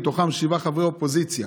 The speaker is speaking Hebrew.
מהם שבעה חברי אופוזיציה.